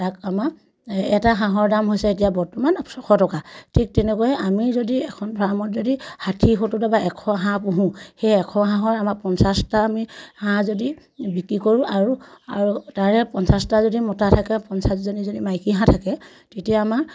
তাক আমাৰ এটা হাঁহৰ দাম হৈছে এতিয়া বৰ্তমান ছশ টকা ঠিক তেনেকৈ আমি যদি এখন ফাৰ্মত যদি ষাঠি সত্তৰ বা এশ হাঁহ পোহোঁ সেই এশ হাঁহৰ আমাৰ পঞ্চাছটা আমি হাঁহ যদি বিক্ৰী কৰোঁ আৰু আৰু তাৰে পঞ্চাছটা যদি মতা থাকে পঞ্চাছজনী যদি মাইকী হাঁহ থাকে তেতিয়া আমাৰ